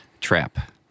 trap